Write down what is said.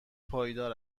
پایدار